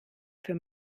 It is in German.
für